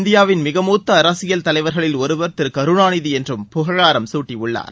இந்தியாவின் மிக மூத்த அரசியல் தலைவர்களில் ஒருவர் திரு கருணாநிதி என்றும் பிரதமர் புகழாரம் குட்டியுள்ளார்